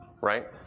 right